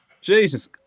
Jesus